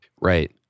Right